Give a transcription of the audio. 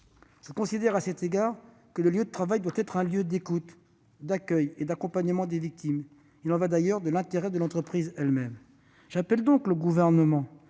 Je considère à cet égard que le lieu de travail doit aussi être un lieu d'écoute, d'accueil et d'accompagnement des victimes. Il y va d'ailleurs de l'intérêt de l'entreprise elle-même. « J'appelle donc le Gouvernement